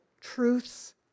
truths